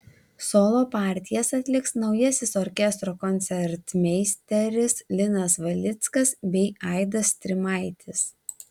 solo partijas atliks naujasis orkestro koncertmeisteris linas valickas bei aidas strimaitis